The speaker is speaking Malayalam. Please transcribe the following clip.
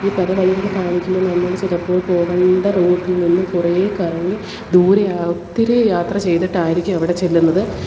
ഈ പല വഴികൾ കാണിക്കുമ്പോൾ നമ്മൾ ചിലപ്പോൾ പോകേണ്ട റൂട്ടില് നിന്നും കുറേ കറങ്ങി ദൂരെയാണ് ഒത്തിരി യാത്ര ചെയ്തിട്ടായിരിക്കും അവിടെ ചെല്ലുന്നത്